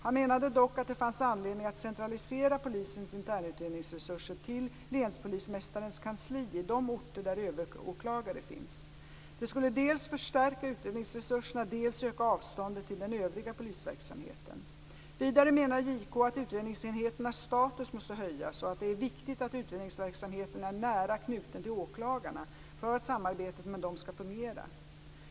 Han menade dock att det fanns anledning att centralisera polisens internutredningsresurser till länspolismästarens kansli i de orter där överåklagare finns. Det skulle dels förstärka utredningsresurserna, dels öka avståndet till den övriga polisverksamheten. Vidare menade JK att utredningsenheternas status måste höjas och att det är viktigt att utredningsverksamheten är nära knuten till åklagarna för att samarbetet med dem skall fungera.